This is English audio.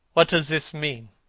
what does this mean?